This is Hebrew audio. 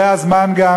זה הזמן גם,